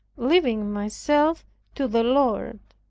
leaving myself to the lord.